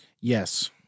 Yes